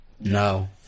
No